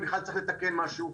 אם בכלל צריך לתקן משהו.